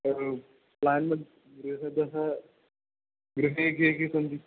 एवं प्लान् मद् गृहतः गृहे के के सन्ति